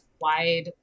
wide